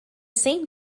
same